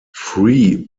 free